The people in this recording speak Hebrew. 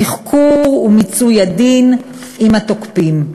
תחקור ומיצוי הדין עם התוקפים.